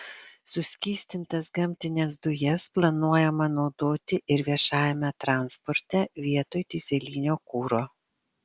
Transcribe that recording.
suskystintas gamtines dujas planuojama naudoti ir viešajame transporte vietoj dyzelinio kuro